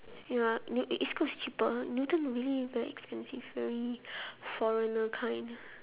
ya east-coast is cheaper newton really very expensive very foreigner kind